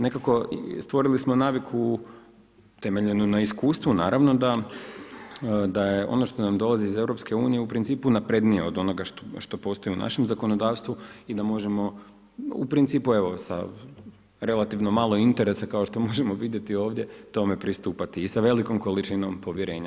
Nekako stvorili smo naviku temeljenu na iskustvu naravno da ono što nam dolazi iz EU je u principu naprednije od onoga što postoji u našem zakonodavstvu i da možemo, u principu evo, sa relativno malo interesa, kao što možemo vidjeti ovdje, tome pristupati i sa velikom količinom povjerenja.